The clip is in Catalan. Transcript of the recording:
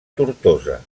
tortosa